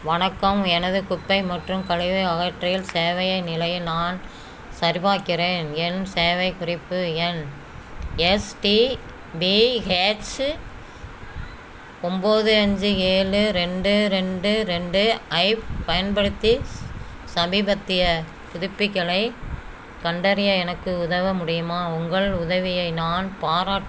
வணக்கம் எனது குப்பை மற்றும் கழிவு அகற்றில் சேவையின் நிலையை நான் சரிபாக்கிறேன் என் சேவை குறிப்பு எண் எஸ்டிபிஹெச் ஒம்பது அஞ்சு ஏழு ரெண்டு ரெண்டு ரெண்டு ஐப் பயன்படுத்தி சமீபத்திய புதுப்பிக்களை கண்டறிய எனக்கு உதவ முடியுமா உங்கள் உதவியை நான் பாராட்டுகிறேன்